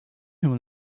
him